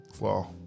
Wow